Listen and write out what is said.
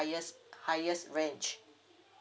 highest highest range